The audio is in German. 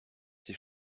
sich